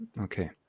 Okay